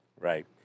Right